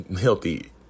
healthy